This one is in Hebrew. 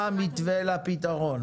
מה המתווה לפתרון?